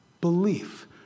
belief